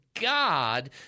God